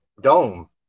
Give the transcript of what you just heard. dome